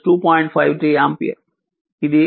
ఇది i x